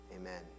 amen